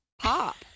Pop